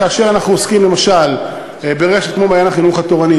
כאשר אנחנו עוסקים למשל ברשת כמו "מעיין החינוך התורני",